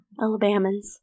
Alabamans